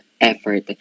effort